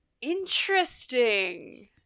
Interesting